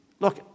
Look